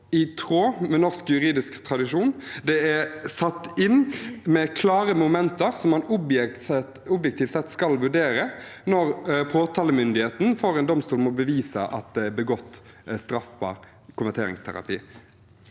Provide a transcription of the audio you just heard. i tråd med norsk juridisk tradisjon. Det er satt inn med klare momenter som man objektivt sett skal vurdere når påtalemyndigheten må bevise for en domstol at det er begått straffbar konverteringsterapi.